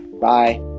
Bye